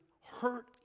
hurt